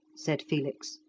said felix,